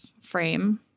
frame